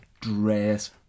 dress